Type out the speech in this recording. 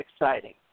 exciting